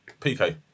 PK